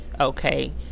okay